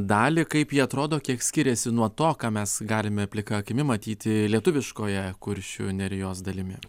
dalį kaip ji atrodo kiek skiriasi nuo to ką mes galime plika akimi matyti lietuviškoje kuršių nerijos dalimi